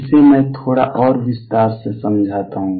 इसे मैं थोड़ा और विस्तार से समझाता हूं